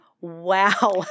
wow